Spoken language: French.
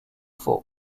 faulx